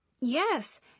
Yes